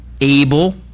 able